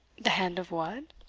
the hand of what?